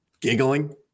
giggling